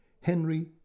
Henry